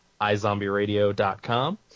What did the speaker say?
izombieradio.com